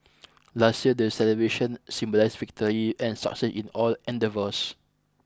last year the celebrations symbolised victory and success in all endeavours